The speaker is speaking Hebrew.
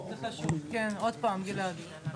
זה חשוב עוד פעם גלעד.